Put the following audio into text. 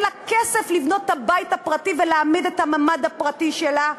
לה כסף לבנות את הבית הפרטי ולהעמיד את הממ"ד הפרטי שלה,